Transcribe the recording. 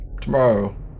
tomorrow